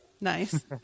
nice